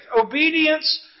Obedience